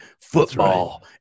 football